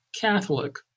Catholic